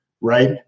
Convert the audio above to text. right